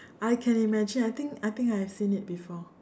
I can imagine I think I think I have seen it before